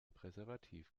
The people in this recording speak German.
präservativ